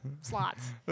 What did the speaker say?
slots